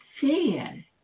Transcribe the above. fear